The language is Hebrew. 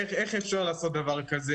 איך אפשר לעשות דבר כזה?